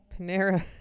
panera